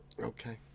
Okay